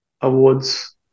Awards